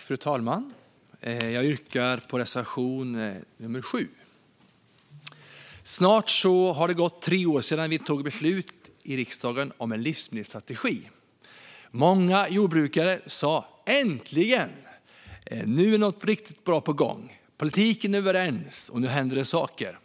Fru talman! Jag yrkar bifall till reservation 7. Snart har det gått tre år sedan vi i riksdagen fattade beslut om en livsmedelsstrategi. Många jordbrukare sa: Äntligen! Nu är något riktigt bra på gång. Politikerna är överens. Nu händer det saker.